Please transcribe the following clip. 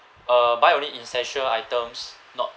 uh buy only essential items not